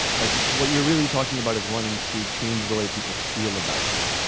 like what you're really talking about is wanting to change the way people feel about you.